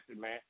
man